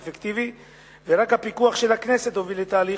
כי רק הפיקוח של הכנסת הוביל לתהליך